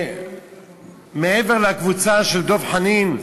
שמעבר לקבוצה של דב חנין,